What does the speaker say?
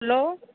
hello